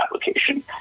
application